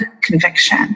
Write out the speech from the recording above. conviction